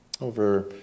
Over